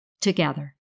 together